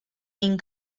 این